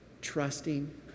trusting